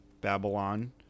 Babylon